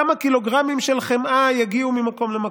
כמה קילוגרמים של חמאה יגיעו ממקום למקום,